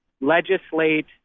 legislate